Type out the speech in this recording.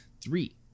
Three